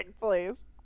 please